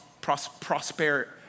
prosperity